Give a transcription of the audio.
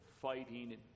fighting